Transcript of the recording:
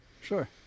sure